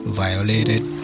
violated